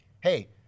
Hey